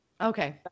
okay